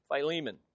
Philemon